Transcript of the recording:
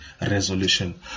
resolution